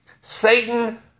Satan